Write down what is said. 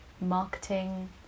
marketing